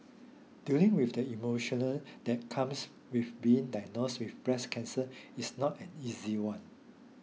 dealing with the emotion that comes with being diagnosed with breast cancer is not an easy one